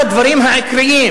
אחד הדברים העיקריים,